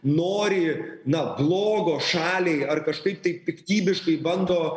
nori na blogo šaliai ar kažkaip tai piktybiškai bando